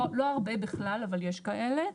לא הרבה בכלל, אבל יש כאלה.